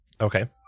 okay